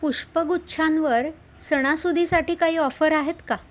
पुष्पगुच्छांवर सणासुदीसाठी काही ऑफर आहेत का